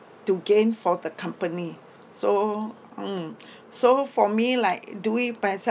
to gain for the company so mm so for me like do it myself